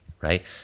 right